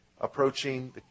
approaching